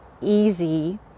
easy